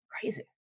Crazy